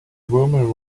woman